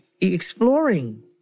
exploring